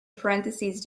parentheses